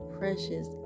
precious